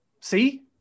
See